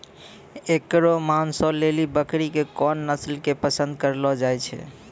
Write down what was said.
एकरो मांसो लेली बकरी के कोन नस्लो के पसंद करलो जाय छै?